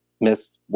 Miss